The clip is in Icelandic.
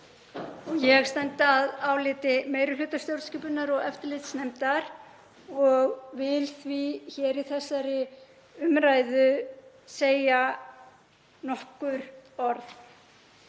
Ég stend að áliti meiri hluta stjórnskipunar- og eftirlitsnefndar og vil því hér í þessari umræðu segja nokkur orð.